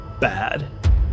bad